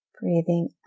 Breathing